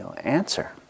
answer